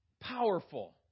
powerful